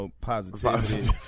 positivity